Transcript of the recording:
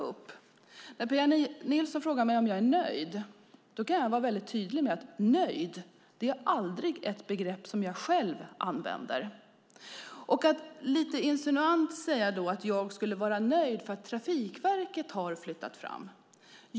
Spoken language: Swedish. När Pia Nilsson frågar mig om jag är nöjd kan jag vara väldigt tydlig: Nöjd - det är ett begrepp som jag själv aldrig använder. Hon säger lite insinuant att jag skulle vara nöjd med att Trafikverket har flyttat fram en del.